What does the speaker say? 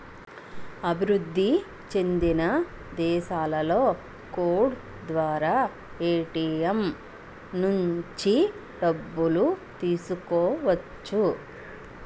అభివృద్ధి చెందిన దేశాలలో కోడ్ ద్వారా ఏటీఎం నుంచి డబ్బులు తీసుకోవచ్చు